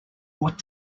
what